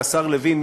והשר לוין,